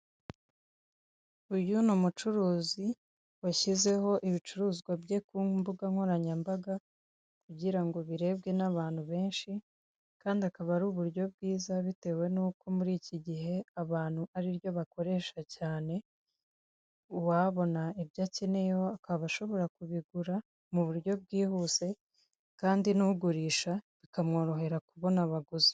uyu ni umucuruzi washyizeho ibicuruzwa bye ku mbugankoranyambaga, kugira ngo birebwe n'abantu benshi, kandi akaba ari uburyo bwiza bitewe n'uko muri iki gihe abantu aribyo bakoresha cyane, uwabona ibyo akeneyeho akaba ashobora kubigura mu buryo bwihuse, kandi n'ugurisha bikamworohera kubona abaguzi.